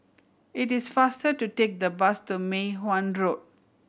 it is faster to take the bus to Mei Hwan Road